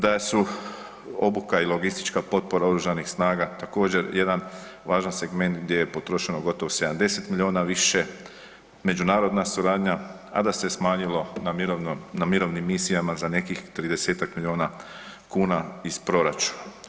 Da su obuka i logistička potpora Oružanih snaga također, jedan važan segment gdje je potrošno gotovo 70 milijuna više, međunarodna suradnja, a da se smanjilo na mirovnim misijama za nekih 30-tak milijuna kuna iz proračuna.